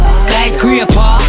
skyscraper